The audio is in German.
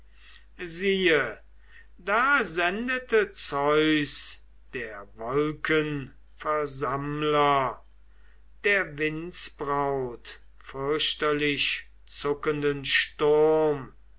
siehe da sendete zeus der wolkenversammler der windsbraut fürchterlich zuckenden sturm